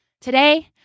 Today